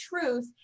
truth